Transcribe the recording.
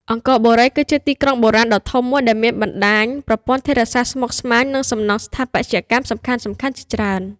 អង្គរបុរី គឺជាទីក្រុងបុរាណដ៏ធំមួយដែលមានបណ្តាញប្រព័ន្ធធារាសាស្ត្រស្មុគស្មាញ និងសំណង់ស្ថាបត្យកម្មសំខាន់ៗជាច្រើន។